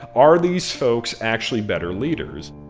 are these folks actually better leaders?